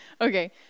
Okay